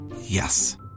Yes